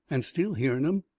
and still hearn em,